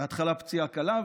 בהתחלה פציעה קלה,